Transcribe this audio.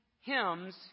hymns